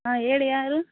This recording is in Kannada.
ಹಾಂ ಹೇಳಿ ಯಾರು